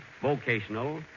vocational